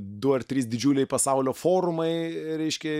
du ar trys didžiuliai pasaulio forumai reiškia